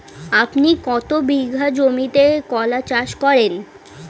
আপনি কত বিঘা জমিতে কলা চাষ করেন?